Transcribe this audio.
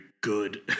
good